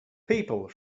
people